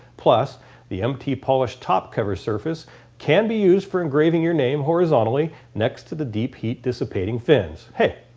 plus the m t polished top cover surface can be used for engraving your name horizontally next to the deep heat disspating fins. hey!